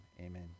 amen